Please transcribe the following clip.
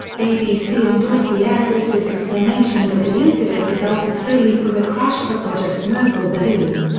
abc endorsed the air force's explanation that the incident resulted solely from the crash of a project mogul balloon.